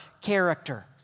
character